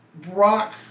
Brock